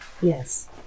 Yes